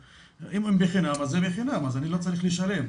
אם זה בחינם, אז זה בחינם ואני לא צריך לשלם.